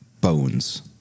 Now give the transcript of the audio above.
bones